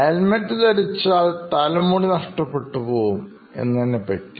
helmet ധരിച്ചാൽ തലമുടി നഷ്ടപ്പെട്ടു പോകും എന്നതിനെ പറ്റി